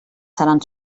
seran